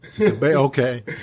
Okay